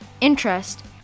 interest